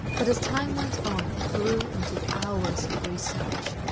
but as time went on it grew into hours of research.